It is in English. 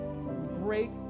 break